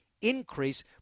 increase